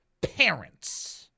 parents